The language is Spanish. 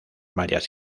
varias